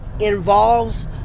involves